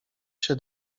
się